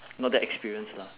not that experienced lah